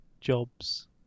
jobs